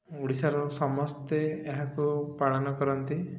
ଓଡ଼ିଶାର ସମସ୍ତେ ଏହାକୁ ପାଳନ କରନ୍ତି